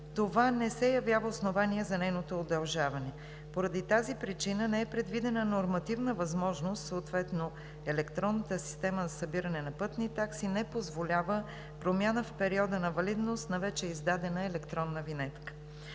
това не се явява основание за нейното удължаване. Поради тази причина не е предвидена нормативна възможност и електронната система за събиране на пътни такси съответно не позволява промяна в периода на валидност на вече издадена електронна винетка.